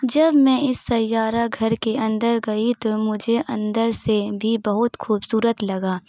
جب میں اس سیارہ گھر کے اندر گئی تو مجھے اندر سے بھی بہت خوبصورت لگا